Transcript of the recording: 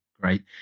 Great